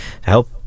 help